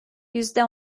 yüzde